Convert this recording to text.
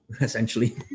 essentially